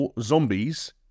Zombies